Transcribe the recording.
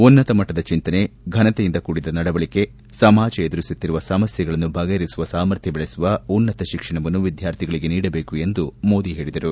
ಉನ್ನತ ಮಟ್ಟದ ಚಿಂತನೆ ಘನತೆಯಿಂದ ಕೂಡಿದ ನಡವಳಕೆ ಸಮಾಜ ಎದುರಿಸುತ್ತಿರುವ ಸಮಸ್ತೆಗಳನ್ನು ಬಗೆಹರಿಸುವ ಸಾಮರ್ಥ್ಯ ಬೆಳೆಸುವ ಉನ್ನತ ಶಿಕ್ಷಣವನ್ನು ವಿದ್ಯಾರ್ಥಿಗಳಿಗೆ ನೀಡಬೇಕು ಎಂದು ಮೋದಿ ಹೇಳಿದರು